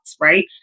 right